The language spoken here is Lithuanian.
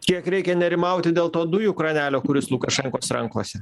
kiek reikia nerimauti dėl to dujų kranelio kuris lukašenkos rankose